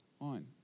on